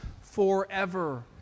forever